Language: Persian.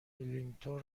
ولینگتون